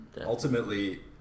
Ultimately